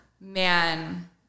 Man